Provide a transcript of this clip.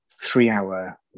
three-hour